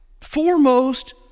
foremost